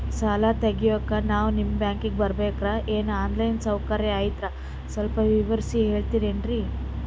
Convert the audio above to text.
ಸಾಲ ತೆಗಿಯೋಕಾ ನಾವು ನಿಮ್ಮ ಬ್ಯಾಂಕಿಗೆ ಬರಬೇಕ್ರ ಏನು ಆನ್ ಲೈನ್ ಸೌಕರ್ಯ ಐತ್ರ ಸ್ವಲ್ಪ ವಿವರಿಸಿ ಹೇಳ್ತಿರೆನ್ರಿ?